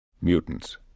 Mutants